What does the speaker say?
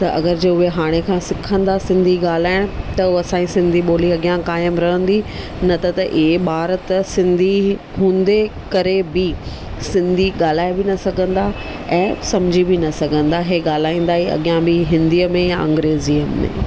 त अगरि जे उहे हाणे खां सिखंदा सिंधी ॻाल्हाइण त उहा असांजी सिंधी बोली अॻियां काइमु रहंदी न त त इहे ॿार त सिंधी हूंदे करे बि सिंधी ॻाल्हाए बि न सघंदा ऐं सम्झी बि न सघंदा इहे ॻाल्हाईंदा अॻियां बि हिंदीअ में या अंग्रेजीअ में